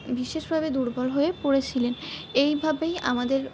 বিশেষভাবে দুর্বল হয়ে পড়েছিলেন এইভাবেই আমাদের